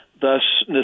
thus